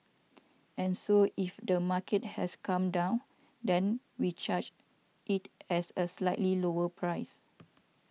and so if the market has come down then we charge it as a slightly lower price